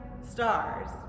stars